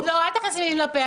אל תכניס לי מילים לפה.